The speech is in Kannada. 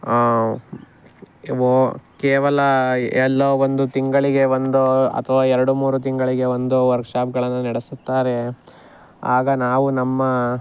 ಓ ಕೇವಲ ಎಲ್ಲೋ ಒಂದು ತಿಂಗಳಿಗೆ ಒಂದೋ ಅಥ್ವಾ ಎರಡು ಮೂರು ತಿಂಗಳಿಗೆ ಒಂದೋ ವರ್ಕ್ಶಾಪ್ಗಳನ್ನು ನಡೆಸುತ್ತಾರೆ ಆಗ ನಾವು ನಮ್ಮ